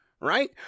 Right